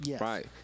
Right